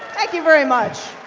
thank you very much.